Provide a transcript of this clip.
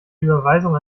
überweisung